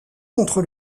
contre